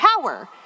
power